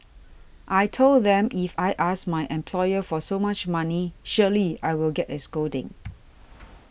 I told them if I ask my employer for so much money surely I will get a scolding